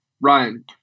Ryan